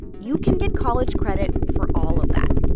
you can get college credit for all of that.